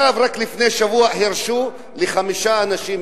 רק לפני שבוע הרשו לחמישה אנשים,